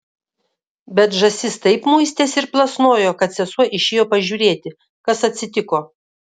bet žąsis taip muistėsi ir plasnojo kad sesuo išėjo pažiūrėti kas atsitiko